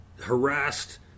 harassed